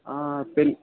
ఆ పిల్